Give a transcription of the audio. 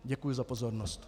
Děkuji za pozornost.